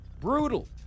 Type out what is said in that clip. brutal